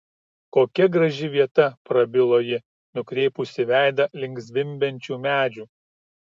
kokia graži vieta prabilo ji nukreipusi veidą link zvimbiančių medžių